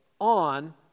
on